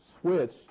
switch